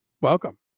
Welcome